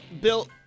Bill